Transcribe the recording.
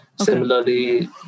Similarly